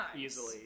Easily